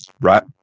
right